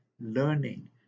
learning